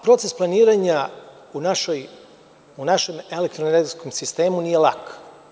Proces planiranja u našem elektroenergetskom sistemu nije lak.